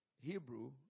hebrew